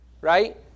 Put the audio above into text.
right